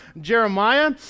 Jeremiah